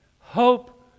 Hope